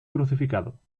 crucificado